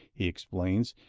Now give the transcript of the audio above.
he explains,